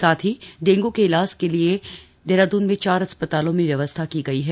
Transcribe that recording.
साथ ही डेंगू के इलाज के लिए देहरादून में चार अस्पतालों में व्यवस्था की गई है